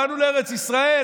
באנו לארץ ישראל,